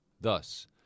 Thus